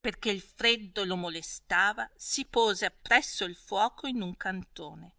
perchè il freddo lo molestava si pose appresso il fuoco in un cantone